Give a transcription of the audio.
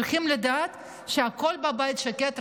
צריכים לדעת שהכול בבית שקט,